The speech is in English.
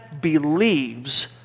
believes